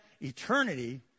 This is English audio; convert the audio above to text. eternity